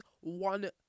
one